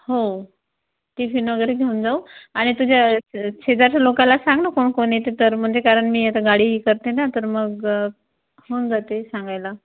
हो टिफिन वगैरे घेऊन जाऊ आणि तुझ्या शेजारच्या लोकांना सांग ना कोण कोण येते तर म्हणजे कारण मी आता गाडी करते ना तर मग होऊन जाते सांगायला